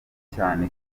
cyane